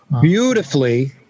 beautifully